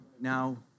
Now